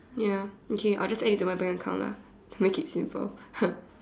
ya okay I'll just add you into my bank account lah to make it simple